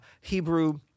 Hebrew